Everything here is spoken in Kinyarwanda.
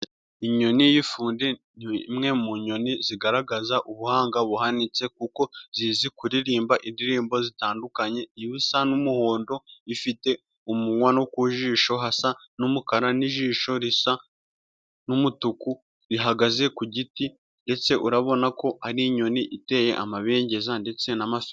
Inyoni y'ifundi ni imwe mu nyoni zigaragaza ubuhanga buhanitse kuko zizi kuririmba indirimbo zitandukanye. Iba isa n'umuhondo ifite umunwa no ku jisho hasa n'umukara, n'ijisho risa n'umutuku. Ihagaze ku giti ndetse urabona ko ari inyoni iteye amabengeza ndetse n'ama...